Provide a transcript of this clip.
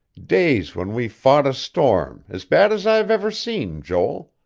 days when we fought a storm as bad as i've ever seen, joel.